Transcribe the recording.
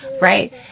Right